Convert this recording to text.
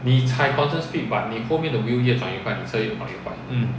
mm